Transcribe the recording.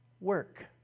work